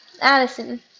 Addison